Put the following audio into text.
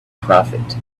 prophet